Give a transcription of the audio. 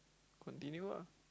continue lah